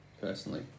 personally